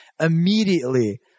Immediately